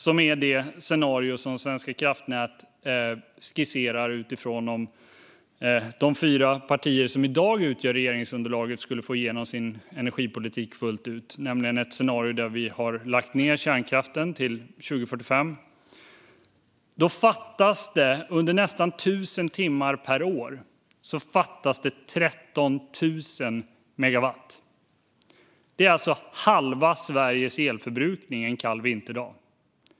Det är det scenario som Svenska kraftnät skisserar utifrån om de fyra partier som i dag utgör regeringsunderlaget skulle få igenom sin energipolitik fullt ut, det vill säga ett scenario där vi har lagt ned kärnkraften till 2045. Då fattas det under nästan tusen timmar per år 13 000 megawatt, vilket är halva Sveriges elförbrukning en kall vinterdag.